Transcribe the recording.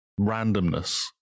randomness